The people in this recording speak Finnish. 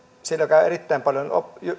siellä käy erittäin paljon